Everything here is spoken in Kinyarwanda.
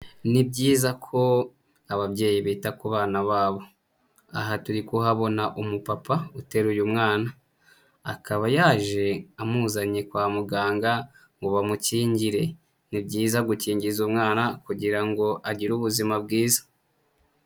Ni byiza ko ababyeyi bita ku bana babo, aha turi kuhabona umupapa uteruye umwana, akaba yaje amuzanye kwa muganga ngo bamukingire, ni byiza gukingiza umwana kugira ngo agire ubuzima bwiza.